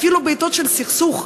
אפילו בעתות של סכסוך,